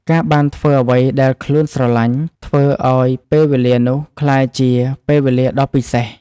ការបានធ្វើអ្វីដែលខ្លួនស្រឡាញ់ ធ្វើឱ្យពេលវេលានោះក្លាយជាពេលវេលាដ៏ពិសេស។